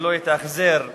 אם לא התאכזר אליה.